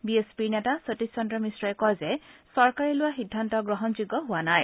B S পিৰ নেতা সতীশ চন্দ্ৰ মিশ্ৰই কয় যে চৰকাৰে লোৱা সিদ্ধান্ত গ্ৰহণযোগ্য হোৱা নাই